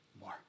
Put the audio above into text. more